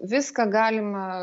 viską galima